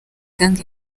gang